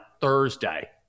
Thursday